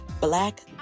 black